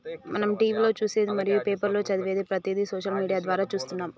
మనం టీవీలో చూసేది మరియు పేపర్లో చదివేది ప్రతిదీ సోషల్ మీడియా ద్వారా చూస్తున్నాము